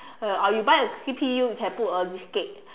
or you buy a C_P_U you can put a diskette